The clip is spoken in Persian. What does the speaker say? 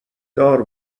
دار